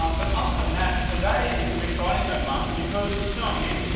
um but other than that, today is an exciting day, martin, because it's going in, isn't